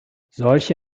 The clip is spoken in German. solche